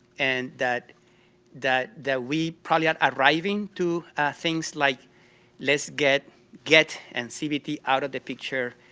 and that that that we probably are arriving to things like let's get get and cbt out of the picture,